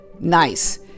nice